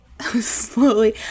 slowly